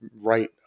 right